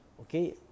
Okay